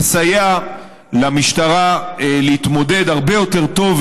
יסייע למשטרה להתמודד הרבה יותר טוב,